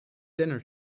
dinner